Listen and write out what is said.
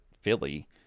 Philly